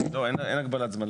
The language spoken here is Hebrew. אין הגבלת זמן.